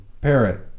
Parrot